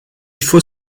faut